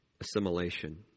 assimilation